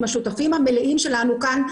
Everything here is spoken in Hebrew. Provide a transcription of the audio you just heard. ועם כל השותפים המלאים שלנו כאן,